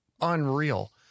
unreal